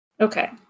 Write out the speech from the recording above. Okay